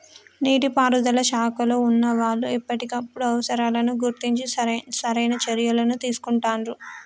నీటి పారుదల శాఖలో వున్నా వాళ్లు ఎప్పటికప్పుడు అవసరాలను గుర్తించి సరైన చర్యలని తీసుకుంటాండ్రు